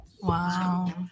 Wow